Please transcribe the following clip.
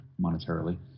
monetarily